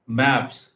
maps